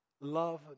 Love